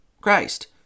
Christ